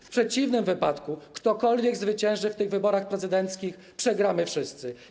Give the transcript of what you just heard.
W przeciwnym razie, ktokolwiek zwycięży w tych wyborach prezydenckich, przegramy wszyscy.